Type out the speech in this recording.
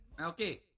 Okay